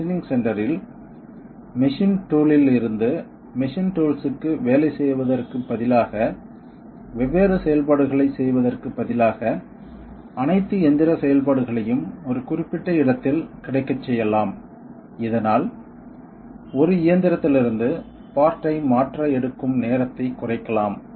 machining சென்டரில் machine tool இல் இருந்து மெஷின் டூல்ஸ்க்கு வேலை செய்வதற்குப் பதிலாக வெவ்வேறு செயல்பாடுகளைச் செய்வதற்குப் பதிலாக அனைத்து எந்திர செயல்பாடுகளையும் ஒரு குறிப்பிட்ட இடத்தில் கிடைக்கச் செய்யலாம் இதனால் ஒரு இயந்திரத்திலிருந்து பார்ட் ஐ மாற்ற எடுக்கும் நேரத்தை குறைக்கலாம்